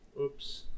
Oops